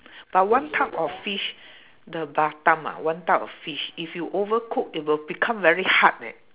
but one type of fish the batang ah one type of fish if you overcook it will become very hard eh